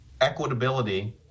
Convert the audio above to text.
equitability